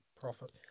profit